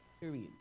period